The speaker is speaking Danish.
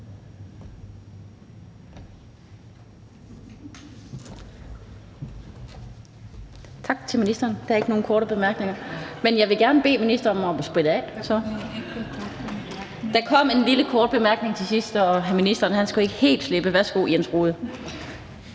Tak til ministeren. Der er ikke nogen korte bemærkninger, men jeg vil gerne bede ministeren om at spritte af. Der kom lige en kort bemærkning, så ministeren slipper ikke helt. Værsgo til hr.